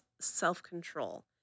self-control